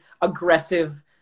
aggressive